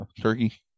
turkey